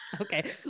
Okay